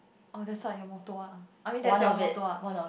oh that's what your motto ah I mean that's your motto ah